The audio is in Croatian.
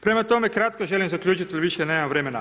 Prema tome, kratko želim zaključiti jer više nemam vremena.